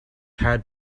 had